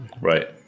Right